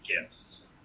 gifts